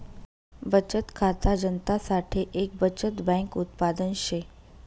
बचत खाता जनता साठे एक बचत बैंक उत्पादन शे